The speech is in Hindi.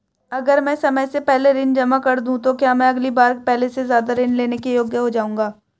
अगर मैं समय से पहले ऋण जमा कर दूं तो क्या मैं अगली बार पहले से ज़्यादा ऋण लेने के योग्य हो जाऊँगा?